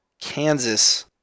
Kansas